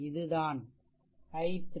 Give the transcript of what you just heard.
இது தான் i3